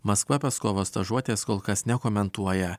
maskva paskovos stažuotes kol kas nekomentuoja